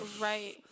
Right